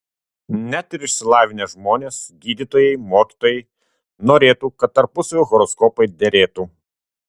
net ir išsilavinę žmonės gydytojai mokytojai norėtų kad tarpusavio horoskopai derėtų